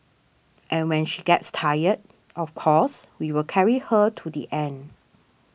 and when she gets tired of course we will carry her to the end